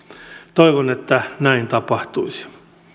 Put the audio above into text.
toivon että näin tapahtuisi